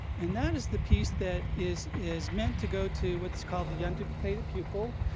and that is the piece that is is meant to go to what's called the unduplicated pupil,